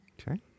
Okay